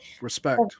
respect